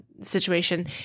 situation